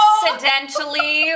Accidentally